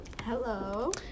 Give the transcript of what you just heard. Hello